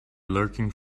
lurking